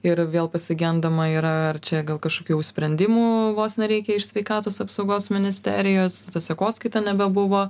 ir vėl pasigendama yra ar čia gal kažkokių jau sprendimų vos nereikia iš sveikatos apsaugos ministerijos ta sekoskaita nebebuvo